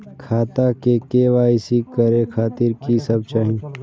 खाता के के.वाई.सी करे खातिर की सब चाही?